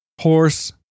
Horse